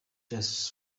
jazz